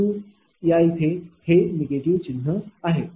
परंतु या इथे निगेटिव्ह चिन्ह आहे